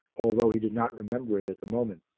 although he did not remember it at the moment.